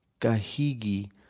Gahigi